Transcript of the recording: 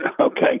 okay